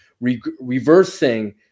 reversing